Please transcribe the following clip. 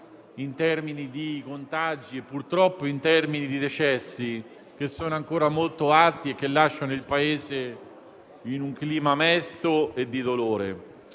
in termini di contagio e purtroppo di decessi, che sono ancora molto alti e lasciano il Paese in un clima mesto e di dolore.